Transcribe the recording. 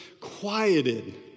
quieted